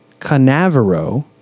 Canavero